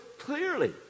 clearly